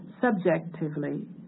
Subjectively